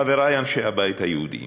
חברי אנשי הבית היהודי,